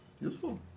useful